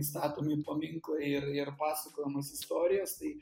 statomi paminklai ir ir pasakojamos istorijos tai